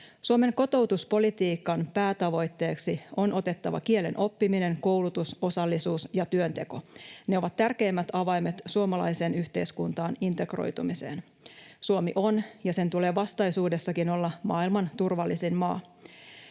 Suomen kotoutuspolitiikan päätavoitteeksi on otettava kielen oppiminen, koulutus, osallisuus ja työnteko. Ne ovat tärkeimmät avaimet suomalaiseen yhteiskuntaan integroitumiseen. Suomi on ja sen tulee vastaisuudessakin olla maailman turvallisin maa.